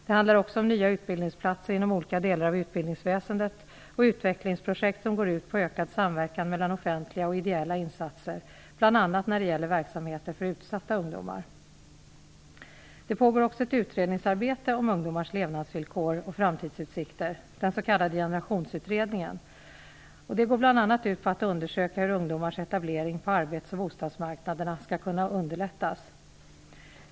Det handlar också om nya utbildningsplatser inom olika delar av utbildningsväsendet och utvecklingsprojekt som går ut på ökad samverkan mellan offentliga och ideella insatser, bl.a. när det gäller verksamheter för utsatta ungdomar. Det pågår också ett utredningsarbete om ungdomars levnadsvillkor och framtidsutsikter, den s.k. Generationsutredningen. Det går bl.a. ut på att undersöka hur ungdomars etablering på arbets och bostadsmarknaderna skall kunna underlättas.